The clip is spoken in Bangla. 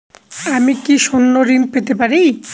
আমি কি স্বর্ণ ঋণ পেতে পারি?